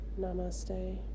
Namaste